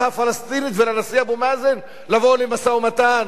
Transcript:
הפלסטינית ולנשיא אבו מאזן לבוא למשא-ומתן,